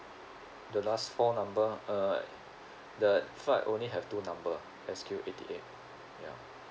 the last four number uh the flight only have two number S_Q eighty eight ya